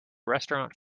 restaurant